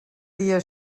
dia